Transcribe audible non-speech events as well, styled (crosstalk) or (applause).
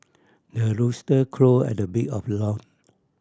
the rooster crow at the break of (unintelligible)